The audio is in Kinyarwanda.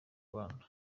rwanda